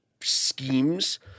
schemes